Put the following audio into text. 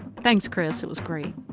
thanks chris, it was great.